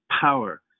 power